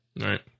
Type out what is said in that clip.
right